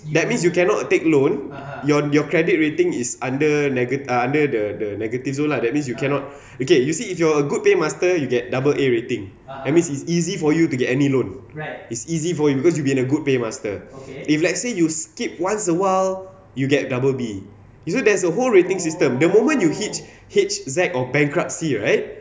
that means you cannot take loan your your credit rating is under nega~ under the the negative zone lah that means you cannot okay you see if you are a good pay master you get double A rating that means it's easy for you to get any loan it's easy for you because you've been a good pay master if let's say you skip once a while you get double B so there's a whole rating system the moment you hit H_Z or bankruptcy right